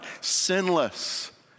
sinless